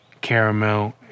caramel